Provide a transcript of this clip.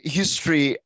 history